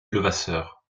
levasseur